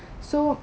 so